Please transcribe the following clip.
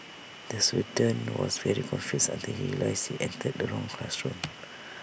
the student was very confused until he realised he entered the wrong classroom